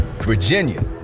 Virginia